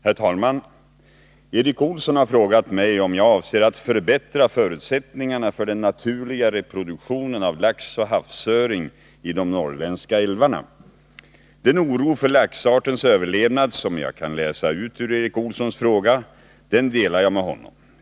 Herr talman! Erik Olsson har frågat mig om jag avser att förbättra förutsättningarna för den naturliga reproduktionen av lax och havsöring i de norrländska älvarna. Den oro för laxartens överlevnad som jag kan läsa ut ur Erik Olssons fråga, den delar jag med honom.